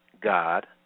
God